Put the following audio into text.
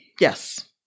yes